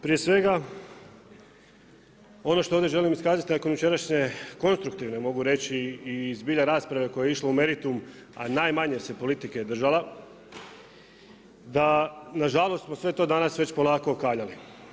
Prije svega ono što ovdje želim iskazati nakon jučerašnje konstruktivne mogu reći i zbilja rasprave koja je išla u meritumu a najmanje se politike držala da nažalost smo sve to danas već polako okaljali.